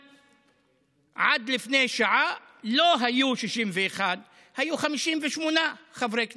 עד לפני שעה לא היו 61, היו 58 חברי כנסת.